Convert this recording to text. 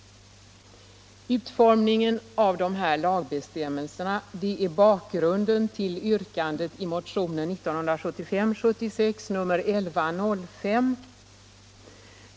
Utformningen av dessa lagbestämmelser är bakgrunden till yrkandet i motionen 1975/76:1105.